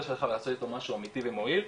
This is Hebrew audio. שלך ולעשות איתו משהו אמיתי ומועיל.